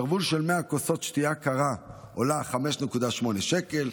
שרוול של 100 כוסות שתייה קרה עולה 5.8 שקלים.